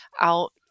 out